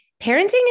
parenting